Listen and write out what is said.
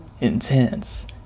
Intense